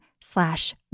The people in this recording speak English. slash